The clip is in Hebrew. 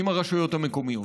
עם הרשויות המקומיות.